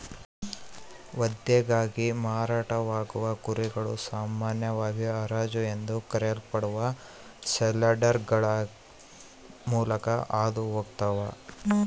ವಧೆಗಾಗಿ ಮಾರಾಟವಾಗುವ ಕುರಿಗಳು ಸಾಮಾನ್ಯವಾಗಿ ಹರಾಜು ಎಂದು ಕರೆಯಲ್ಪಡುವ ಸೇಲ್ಯಾರ್ಡ್ಗಳ ಮೂಲಕ ಹಾದು ಹೋಗ್ತವ